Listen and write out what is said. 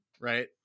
Right